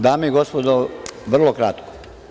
Dame i gospodo, vrlo kratko.